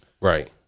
Right